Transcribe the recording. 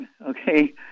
okay